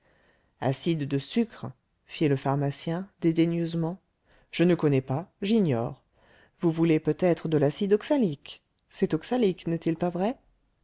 acide de sucre fit le pharmacien dédaigneusement je ne connais pas j'ignore vous voulez peut-être de l'acide oxalique c'est oxalique n'est-il pas vrai